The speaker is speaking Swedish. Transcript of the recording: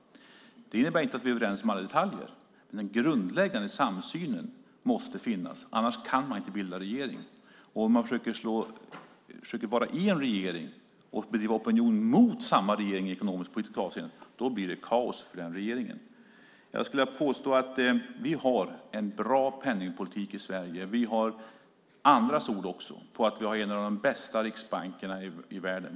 Det innebär inte att vi är överens om alla detaljer. Men den grundläggande samsynen måste finnas, annars kan man inte bilda regering. Om man försöker vara en regering och bedriva opinion mot samma regering i ekonomiskpolitiska avseenden blir det kaos för den regeringen. Jag skulle vilja påstå att vi har en bra penningpolitik i Sverige. Vi har också andras ord på att vi har en av de bästa riksbankerna i världen.